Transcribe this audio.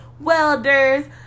welders